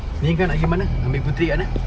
ni kang nak pergi mana nak ambil puteri kat mana